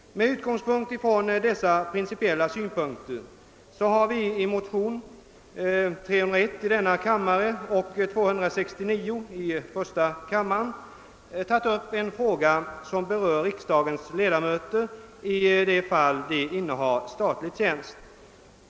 Med utgångspunkt i dessa principiella synpunkter har vi i motionerna I: 269 och IT: 301 tagit upp en fråga som berör riksdagens ledamöter i de fall de innehar statlig tjänst.